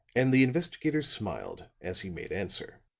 and the investigator smiled as he made answer